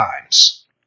times